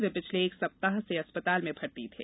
वे पिछले एक सप्ताह से अस्पताल में भर्ती थे